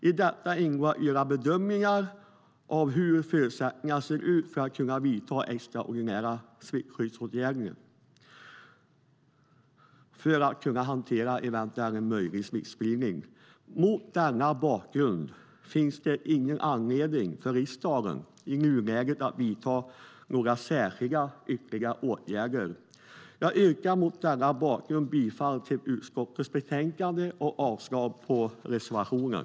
I detta ingår att göra bedömningar av hur förutsättningarna ser ut för att kunna vidta extraordinära smittskyddsåtgärder för att hantera en möjlig smittspridning. Mot denna bakgrund finns det ingen anledning för riksdagen i nuläget att vidta några särskilda ytterligare åtgärder. Jag yrkar mot denna bakgrund bifall till utskottets förslag och avslag på reservationen.